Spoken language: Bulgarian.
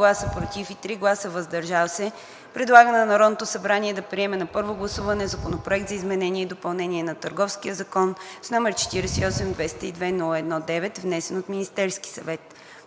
без „против“ и 3 гласа „въздържал се“ предлага на Народното събрание да приеме на първо гласуване Законопроект за изменение и допълнение на Търговския закон, № 48-202-01-9, внесен от Министерския съвет;